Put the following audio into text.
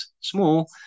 small